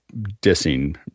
dissing